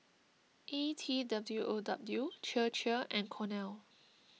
E T W O W Chir Chir and Cornell